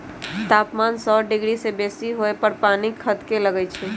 तापमान सौ डिग्री से बेशी होय पर पानी खदके लगइ छै